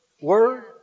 word